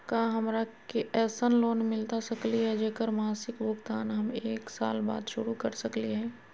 का हमरा के ऐसन लोन मिलता सकली है, जेकर मासिक भुगतान हम एक साल बाद शुरू कर सकली हई?